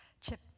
chip